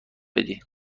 بدی